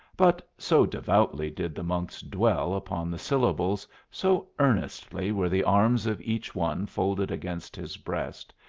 but so devoutly did the monks dwell upon the syllables, so earnestly were the arms of each one folded against his breast,